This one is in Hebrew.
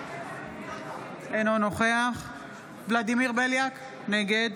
אינו נוכח ולדימיר בליאק, נגד